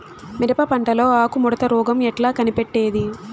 మిరప పంటలో ఆకు ముడత రోగం ఎట్లా కనిపెట్టేది?